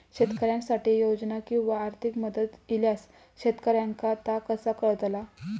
शेतकऱ्यांसाठी योजना किंवा आर्थिक मदत इल्यास शेतकऱ्यांका ता कसा कळतला?